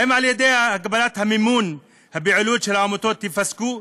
האם על-ידי הגבלת המימון הפעולות של העמותות ייפסקו?